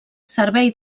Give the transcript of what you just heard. servei